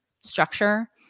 structure